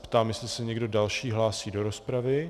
Ptám se, jestli se někdo další hlásí do rozpravy.